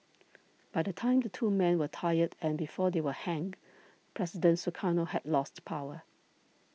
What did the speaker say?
by the time the two men were tried and before they were hanged President Sukarno had lost power